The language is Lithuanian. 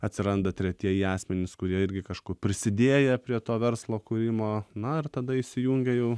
atsiranda tretieji asmenys kurie irgi kažkur prisidėję prie to verslo kūrimo na ir tada įsijungia jau